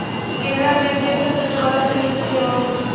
Canara bank देस का सबसे बड़ा बैंक में से हौ